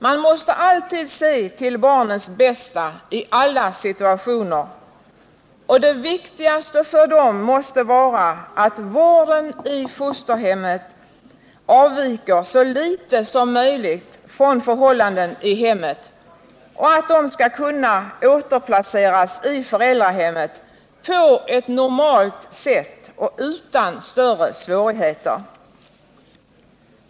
Man måste alltid se till barnens bästa i alla situationer, och det viktigaste för dem måste vara att vården i fosterhemmet avviker så litet som möjligt från förhållanden i hemmet och att de skall kunna återplaceras i föräldrahemmet på normalt sätt och utan större svårigheter.